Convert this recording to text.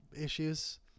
issues